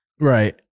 Right